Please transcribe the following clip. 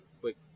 Quick